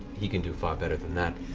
he can do far better than that.